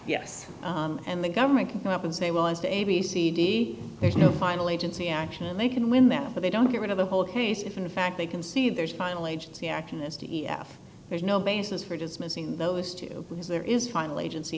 yes and the government can come up and say well as to a b c there's no final agency action and they can win that but they don't get rid of the whole case if in fact they can see there's finally agency action is to e f there's no basis for dismissing those two because there is finally agency